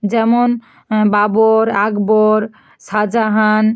যেমন বাবর আকবর শাহজাহান